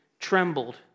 trembled